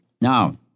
Now